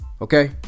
Okay